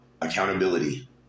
accountability